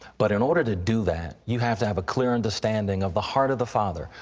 but in order to do that, you have to have a clear understanding of the heart of the father,